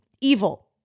evil